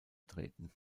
treten